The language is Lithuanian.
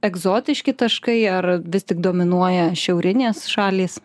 egzotiški taškai ar vis tik dominuoja šiaurinės šalys